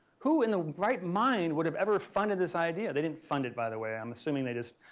who in their right mind would have ever funded this idea? they didn't fund it by the way. i'm assuming they just,